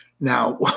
Now